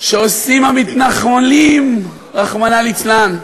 שעושים המתנחלים, רחמנא ליצלן.